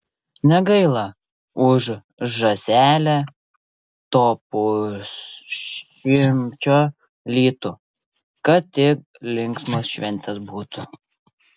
negaila už žąselę to pusšimčio litų kad tik linksmos šventės būtų